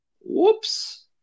Whoops